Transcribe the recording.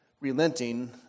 relenting